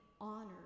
honored